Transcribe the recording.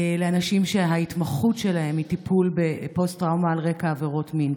לאנשים שההתמחות שלהם היא טיפול בפוסט-טראומה על רקע עבירות מין.